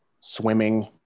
Swimming